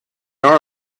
our